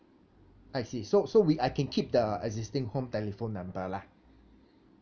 I see so so we I can keep the existing home telephone number lah